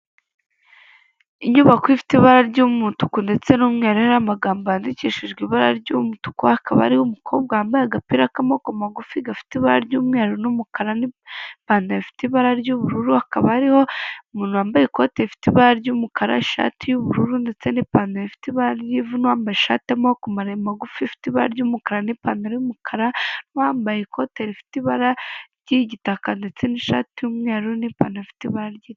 Inyubako ifite ibara ry'umutuku ndetse n'umweru, iriho amagambo yandikishije ibara ry'umutuku, hakaba hari umukobwa wambaye agapira k'amaboko magufi gafite ibara ry'umweru n'umukara, n'ipantaro ifite ibara ry'ubururu, hakaba hariho umuntu wambaye ikoti rifite ibara ry'umukara, ishati y'ubururu ndetse n'ipantaro ifite ibara ry'ivu, n'uwambaye ishatiy'amaboko magufi, ifite ibara ry'umukara n'ipantaro y'umukara, wambaye ikote rifite ibara ry'igitaka ndetse n'ishati y'umweru n'ipantaro ifite ibara ry'...